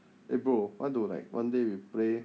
eh bro want do like one day we play